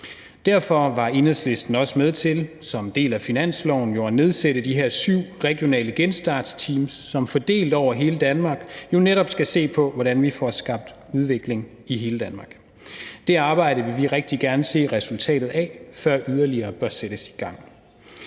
Derfor var Enhedslisten jo også med til som en del af finansloven at nedsætte de her syv regionale genstartsteams, som fordelt over hele Danmark netop skal se på, hvordan vi får skabt udvikling i hele Danmark. Det arbejde vil vi rigtig gerne se resultatet af, før yderligere bør sættes i gang.